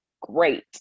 Great